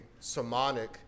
sermonic